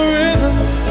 rhythms